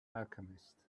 alchemist